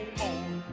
more